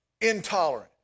intolerant